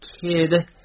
Kid